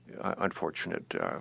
unfortunate